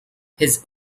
his